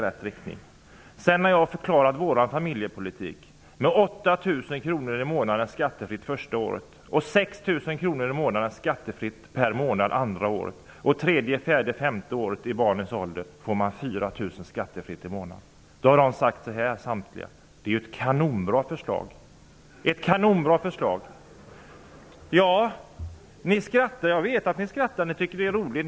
När jag sedan har förklarat Ny demokratis familjepolitik -- 8 000 kr i månaden skattefritt det första året, 6 000 kr i månaden skattefritt det andra året och 4 000 kr i månaden skattefritt under det tredje, fjärde och femte året -- har samtliga tyckt att det är ett kanonbra förslag. Ni skrattar. Ni tycker att det är roligt.